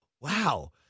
Wow